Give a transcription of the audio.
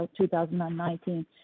2019